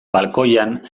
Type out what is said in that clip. balkoian